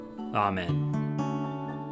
Amen